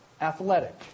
athletic